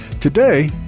Today